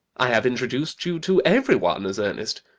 i have introduced you to every one as ernest.